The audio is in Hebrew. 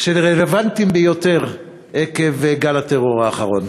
שהם רלוונטיים ביותר עקב גל הטרור האחרון?